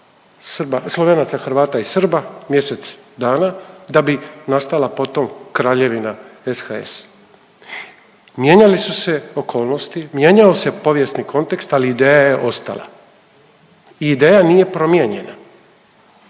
Slovenaca, Hrvata i Srba mjesec dana, da bi nastala potom Kraljevina SHS. Mijenjale su se okolnosti, mijenjao se povijesni kontekst, ali ideja je ostala, ideja nije promijenjena